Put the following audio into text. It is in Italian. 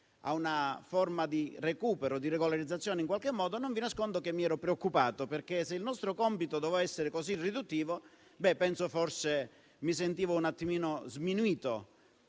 a una forma di recupero e di regolarizzazione", non vi nascondo che mi ero preoccupato, perché, se il nostro compito doveva essere così riduttivo, forse mi sentivo un attimino sminuito.